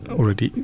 Already